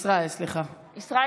סליחה, ישראל.